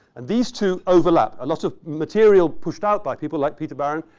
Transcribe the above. and these two overlap. a lot of material pushed out by people like peter barron.